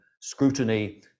scrutiny